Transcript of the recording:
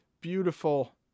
beautiful